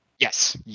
Yes